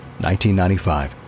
1995